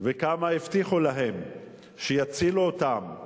וכמה הבטיחו להם שיצילו אותם,